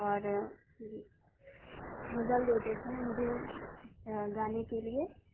اور غزل دیتے تھے مجھے گانے کے لیے